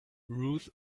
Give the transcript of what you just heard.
ruth